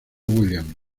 williams